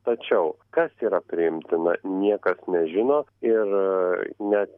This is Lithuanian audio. tačiau kas yra priimtina niekas nežino ir net